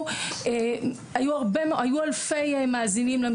לאלפי מאזינים.